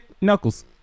knuckles